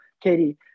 Katie